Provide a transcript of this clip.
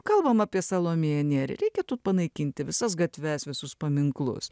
kalbam apie salomėją nėrį reikėtų panaikinti visas gatves visus paminklus